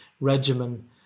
regimen